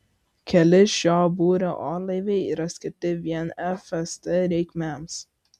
keli šio būrio orlaiviai yra skirti vien fst reikmėms